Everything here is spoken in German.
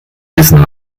wissen